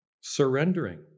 surrendering